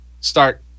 start